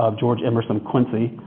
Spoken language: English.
um george emerson quincy.